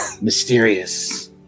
Mysterious